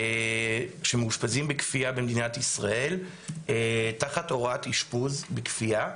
שמאושפזים בכפייה במדינת ישראל תחת הוראת אשפוז בכפייה.